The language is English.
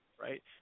right